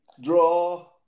draw